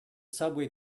subway